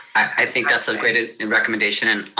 i think that's a great ah and recommendation. and